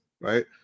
Right